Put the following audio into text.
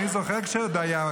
אני זוכר כשעוד היו רמקולים.